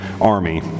army